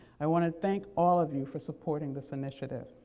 i want to thank all of you for supporting this initiative.